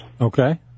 Okay